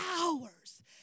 Hours